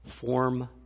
form